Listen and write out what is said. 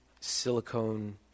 silicone